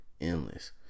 endless